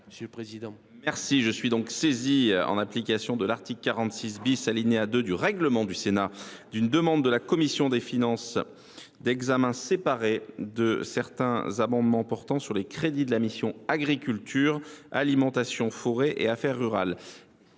je suis donc saisi, en application de l’article 46, alinéa 2, du règlement du Sénat, d’une demande de la commission des finances d’examen séparé de certains amendements portant sur les crédits de la mission « Agriculture, alimentation, forêt et affaires rurales